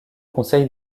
conseil